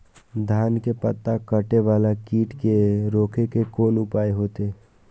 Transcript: धान के पत्ता कटे वाला कीट के रोक के कोन उपाय होते?